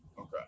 Okay